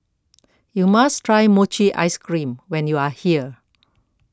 you must try Mochi Ice Cream when you are here